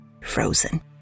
frozen